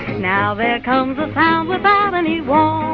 now there comes a sound without any